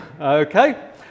Okay